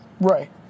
Right